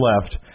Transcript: left